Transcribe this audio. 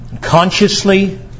Consciously